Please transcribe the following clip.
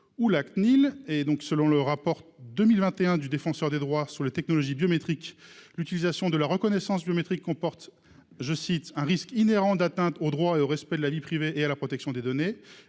ou la Cnil. Selon le rapport de 2021 de la Défenseure des droits sur les technologies biométriques, l'utilisation de la reconnaissance biométrique comporte un risque inhérent d'atteinte au droit et au respect de la vie privée, ainsi qu'à la protection des données.